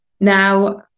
Now